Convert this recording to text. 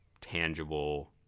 tangible